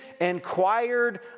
inquired